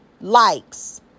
likes